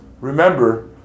remember